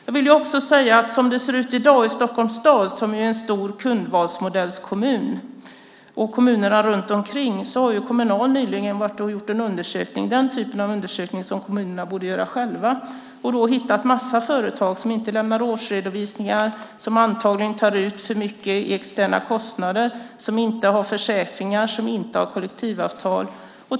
Jag vill också säga att i Stockholms stad, som är en stor kundvalsmodellskommun, och kommunerna runt omkring har Kommunal nyligen gjort en undersökning, den typen av undersökning som kommunerna borde göra själva, och hittat en massa företag som inte lämnar årsredovisningar, som antagligen tar ut för mycket i externa kostnader, som inte har försäkringar och som inte har kollektivavtal.